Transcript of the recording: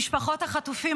משפחות החטופים,